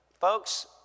folks